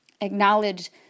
Acknowledge